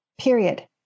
period